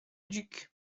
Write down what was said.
duc